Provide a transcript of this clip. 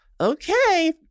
okay